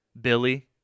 Billy